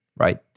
right